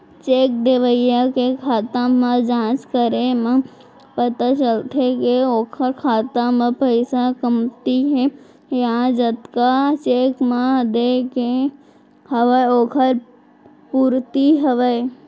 cheque देवइया के खाता म जाँच करे म पता चलथे के ओखर खाता म पइसा कमती हे या जतका चेक म देय के हवय ओखर पूरति हवय